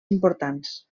importants